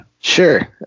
Sure